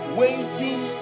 waiting